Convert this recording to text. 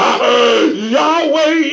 Yahweh